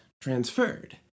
transferred